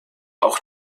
auch